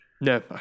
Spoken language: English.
No